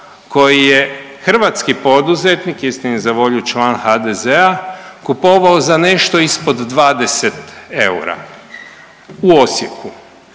koji je hrvatski poduzetnik istini za volju član HDZ-a kupovao za nešto ispod 20 eura u Osijeku.